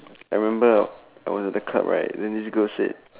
I remember I went to the club right then this girl said